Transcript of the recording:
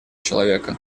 человека